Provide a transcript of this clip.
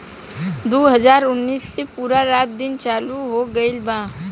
दु हाजार उन्नीस से पूरा रात दिन चालू हो गइल बा